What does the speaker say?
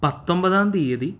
പത്തൊമ്പതാം തീയതി